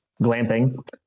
glamping